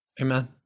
Amen